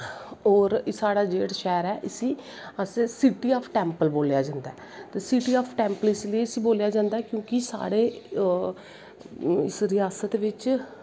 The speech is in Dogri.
होर साढ़ा जेह्ड़ा शैह्र ऐ इसी सीटी ऑफ टैंपल बोलेआ जंदा ऐ ते सीटी ऑफ टैंपल इस लेई बोलेआ जंदा कि साढ़े रियास्त बिच्च